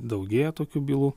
daugėja tokių bylų